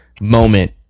Moment